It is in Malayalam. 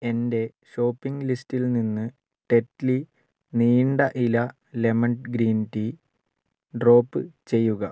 എന്റെ ഷോപ്പിംഗ് ലിസ്റ്റിൽ നിന്ന് ടെറ്റ്ലി നീണ്ട ഇല ലെമൺ ഗ്രീൻ ടീ ഡ്രോപ്പ് ചെയ്യുക